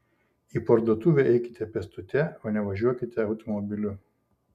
į parduotuvę eikite pėstute o ne važiuokite automobiliu